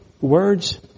words